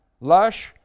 lush